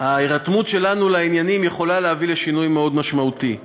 ההירתמות שלנו לעניינים יכולה להביא לשינוי משמעותי מאוד.